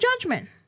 judgment